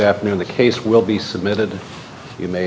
afternoon the case will be submitted you may